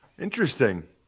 Interesting